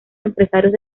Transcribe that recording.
empresarios